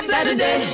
Saturday